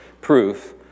proof